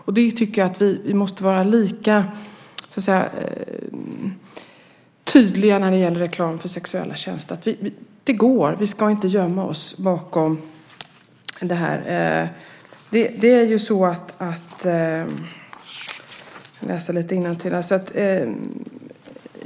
Jag tycker att vi måste vara lika tydliga när det gäller reklam för sexuella tjänster. Det går. Vi ska inte gömma oss bakom lagarna.